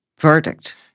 verdict